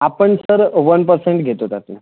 आपण sir one percent घेतो त्यातून